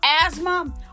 asthma